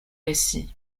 récit